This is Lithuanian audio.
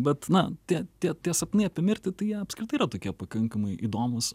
bet na tie tie tie sapnai apie mirtį tai jie apskritai yra tokie pakankamai įdomūs